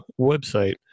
website